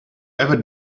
ever